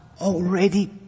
already